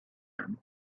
him